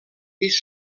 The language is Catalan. pis